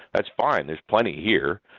that's fine. there's plenty here.